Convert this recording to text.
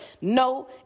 No